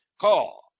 Call